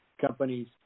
companies